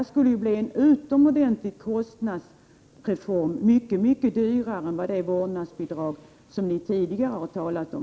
Det skulle bli en utomordentlig kostnadskrävande reform, mycket dyrare än det vårdnadsbidrag ni tidigare talade om.